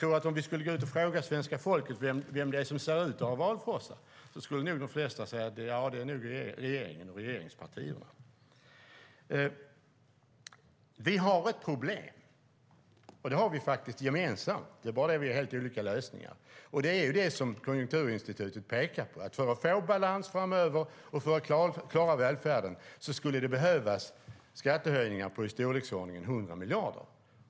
Om vi skulle gå ut och fråga svenska folket vem som verkar ha valfrossa skulle nog de flesta svara att det är regeringen och regeringspartierna. Vi har ett gemensamt problem, men vi har helt olika lösningar på det. Konjunkturinstitutet pekar på att för att få balans framöver och för att klara välfärden behövs det skattehöjningar på i storleksordningen 100 miljarder.